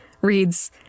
reads